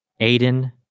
Aiden